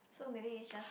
so maybe it's just